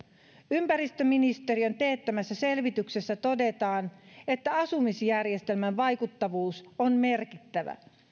ympäristöministeriön teettämässä selvityksessä todetaan että asumisjärjestelmän vaikuttavuus on merkittävä